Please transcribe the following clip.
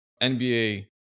NBA